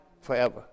forever